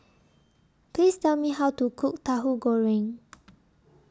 Please Tell Me How to Cook Tahu Goreng